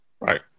right